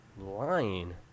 lying